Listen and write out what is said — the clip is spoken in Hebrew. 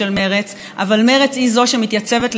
אבל מרצ היא שמתייצבת לצידו,